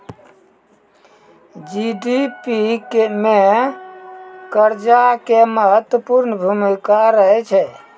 GDP मे कर्जा के महत्वपूर्ण भूमिका रहै छै